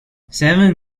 seven